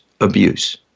abuse